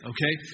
Okay